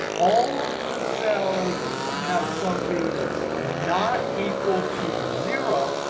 all the cells that have something that's not equal to zero